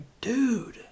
dude